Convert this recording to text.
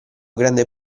grande